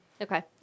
Okay